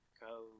go